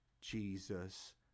Jesus